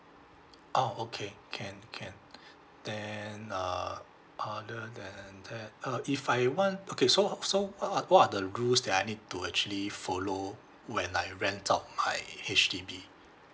ah okay can can then uh other than that uh if I want okay so ha~ so what what what are the rules that I need to actually follow when I rent out my H_D_B